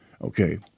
okay